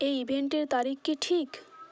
এই ইভেন্টের তারিখ কি ঠিক